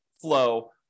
flow